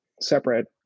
separate